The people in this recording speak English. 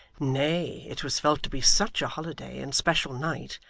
nay, it was felt to be such a holiday and special night,